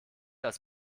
als